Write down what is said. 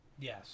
Yes